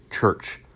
church